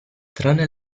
tranne